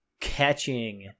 catching